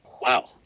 Wow